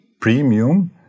premium